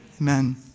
Amen